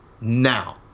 now